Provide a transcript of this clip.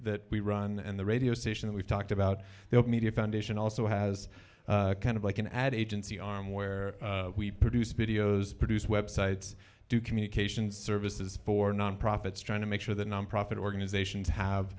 that we run and the radio station we've talked about the media foundation also has kind of like an ad agency arm where we produce videos produce websites do communications services for nonprofits trying to make sure that nonprofit organizations have